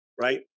right